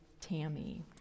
Tammy